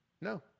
no